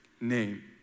name